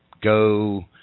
go –